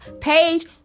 page